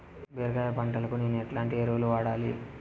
బీరకాయ పంటకు నేను ఎట్లాంటి ఎరువులు వాడాలి?